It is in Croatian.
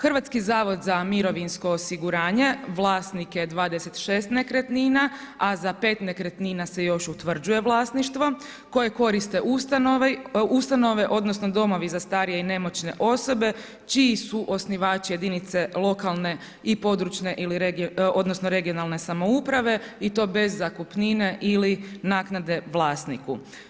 Hrvatski zavod za mirovinsko osiguranje vlasnik je 26 nekretnina, a za 5 nekretnina se još utvrđuje vlasništvo koje koriste ustanove odnosno domovi za starije i nemoćne osobe čiji su osnivači jedinica lokalne i područne (regionalne) samouprave i to bez zakupnine ili naknade vlasniku.